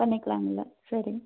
பண்ணிக்கலாம்ங்களா சரிங்க